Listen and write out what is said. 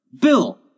bill